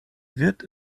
wird